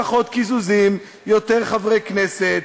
פחות קיזוזים, יותר חברי כנסת,